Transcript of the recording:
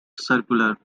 circular